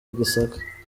gisaka